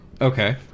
Okay